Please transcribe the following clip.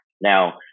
Now